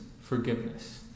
forgiveness